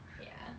ya